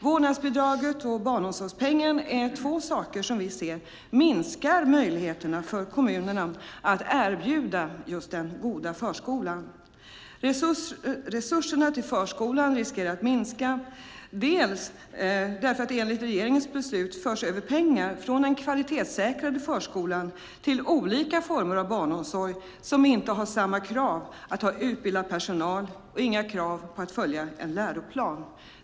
Vårdnadsbidraget och barnomsorgspengen är två saker som vi ser minskar möjligheterna för kommunerna att erbjuda just den goda förskolan. Resurserna till förskolan riskerar att minska, bland annat därför att det enligt regeringens beslut förs över pengar från den kvalitetssäkrade förskolan till olika former av barnomsorg som inte har samma krav på att man ska ha utbildad personal och inga krav på att man ska följa en läroplan.